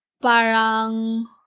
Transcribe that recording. parang